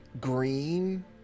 green